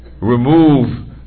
remove